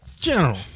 General